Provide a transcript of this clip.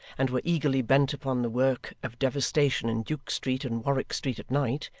and were eagerly bent upon the work of devastation in duke street and warwick street at night,